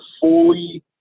fully